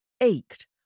ached